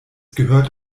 gehört